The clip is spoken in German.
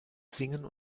singen